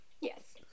Yes